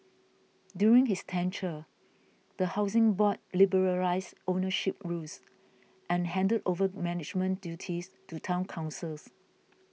during his tenure the Housing Board liberalised ownership rules and handed over management duties to Town Councils